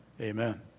Amen